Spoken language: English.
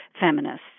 feminists